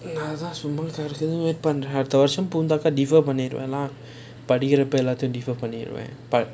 அதான் சும்மா கேக்ககூடாதுனு:athaan summa kekakudaathunu wait பண்றேன் அடுத்த வருஷம் படிக்கிற அப்போ கண்டிப்பா பண்ணிடுவேன்:pandraen adutha varusham padikkira appo kandippaa panniduvaen but